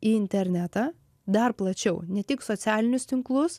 į internetą dar plačiau ne tik socialinius tinklus